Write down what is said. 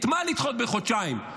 את מה לדחות בחודשיים?